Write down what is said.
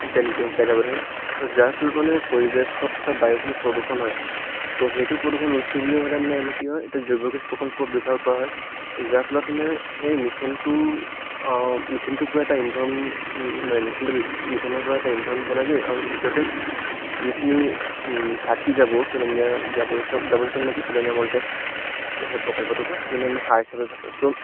যেতিয়া নিজে শুকাই যাব ধৰে ত' যাৰ ফলত মানে পৰিৱেশত থকা বায়ুখিনি প্ৰদূষণ হয় ত' সেইটো প্ৰদূষণ ৰোধ কৰিবলৈ হ'লে মানে আমি কি হয় এইটো জৈৱ গেছ প্ৰকল্প ব্যৱহাৰ কৰা হয় ত' যাৰ ফলত মানে সেই মিথেনটোৰ মিথেনটোৰ পৰা এটা ইন্ধন নাই মিথেনটো বেব মিথেনৰ পৰা এটা ইন্ধন বনায়গৈ আৰু দ্বিতীয়তে যিখিনি থাকি যাব পেলনীয়া জাৱৰ জোঁথৰ জাৱৰ জোঁথৰৰ মানে কি পেলনীয়া মলত্যাগ ত' সেই প্ৰকল্পটোৰ পৰা সেইখিনি আমি সাৰ হিচাপে ত'